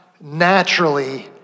naturally